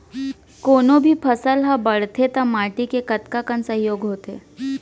कोनो भी फसल हा बड़थे ता माटी के कतका कन सहयोग होथे?